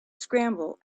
scramble